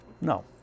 No